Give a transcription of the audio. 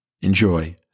enjoy